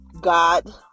God